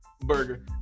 burger